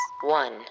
One